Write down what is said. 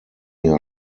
jahr